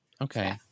Okay